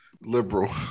liberal